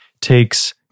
takes